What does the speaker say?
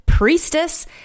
Priestess